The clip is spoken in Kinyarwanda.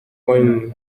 wine